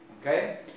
okay